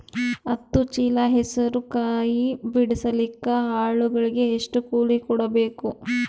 ಹತ್ತು ಚೀಲ ಹೆಸರು ಕಾಯಿ ಬಿಡಸಲಿಕ ಆಳಗಳಿಗೆ ಎಷ್ಟು ಕೂಲಿ ಕೊಡಬೇಕು?